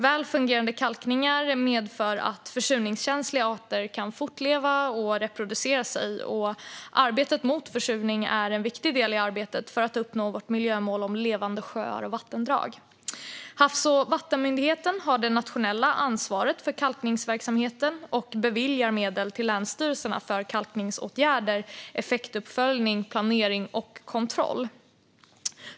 Väl fungerande kalkningar medför att försurningskänsliga arter kan fortleva och reproducera sig. Arbetet mot försurning är en viktig del i arbetet för att uppnå miljömålet Levande sjöar och vattendrag. Havs och vattenmyndigheten har det nationella ansvaret för kalkningsverksamheten och beviljar medel till länsstyrelserna för kalkningsåtgärder, effektuppföljning, planering och kontroll.